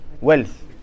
wealth